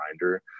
reminder